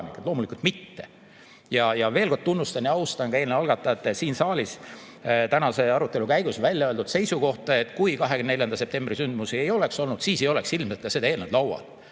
Loomulikult mitte! Ja veel kord tunnustan ja austan ka eelnõu algatajate siin saalis tänase arutelu käigus välja öeldud seisukohta, et kui 24. [veebruari] sündmusi ei oleks olnud, siis ei oleks ilmselt ka seda eelnõu laual.